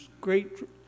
great